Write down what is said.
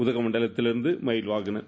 உதகமண்டலத்திலிருந்து Mahilvahanan